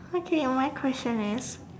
okay my question is